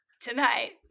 Tonight